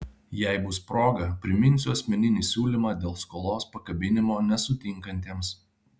jei bus proga priminsiu asmeninį siūlymą dėl skolos pakabinimo nesutinkantiems